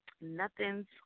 nothing's